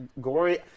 gory